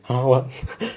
!huh! what